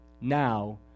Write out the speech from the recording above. now